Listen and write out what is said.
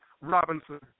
Robinson